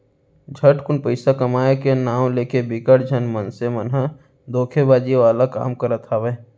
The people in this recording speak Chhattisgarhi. झटकुन पइसा कमाए के नांव लेके बिकट झन मनसे मन ह धोखेबाजी वाला काम करत हावय